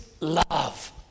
love